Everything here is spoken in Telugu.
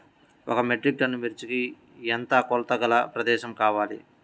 ఒక మెట్రిక్ టన్ను మిర్చికి ఎంత కొలతగల ప్రదేశము కావాలీ?